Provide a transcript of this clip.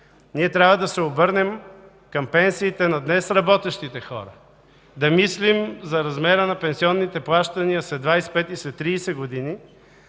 Ние трябва да се обърнем към пенсиите на днес работещите хора, да мислим за размера на пенсионните плащания след 25 и след 30 години,